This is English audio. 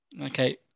Okay